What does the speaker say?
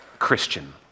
Christian